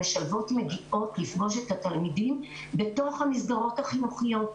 המשלבות מגיעות לפגוש את התלמידים בתוך המסגרות החינוכיות.